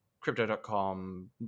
crypto.com